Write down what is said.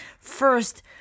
First